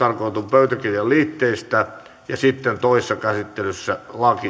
pöytäkirjan liitteistä ja sitten toisessa käsittelyssä